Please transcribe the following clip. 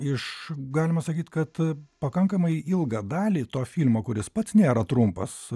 iš galima sakyt kad pakankamai ilgą dalį to filmo kuris pats nėra trumpas